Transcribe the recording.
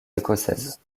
écossaises